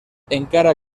encara